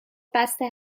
بسته